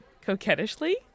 coquettishly